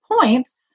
points